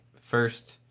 first